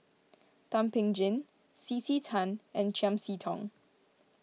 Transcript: Thum Ping Tjin C C Tan and Chiam See Tong